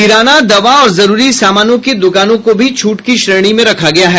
किराना दवा और जरूरी सामानों की दुकानों को भी छूट की श्रेणी में रखा गया है